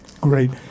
Great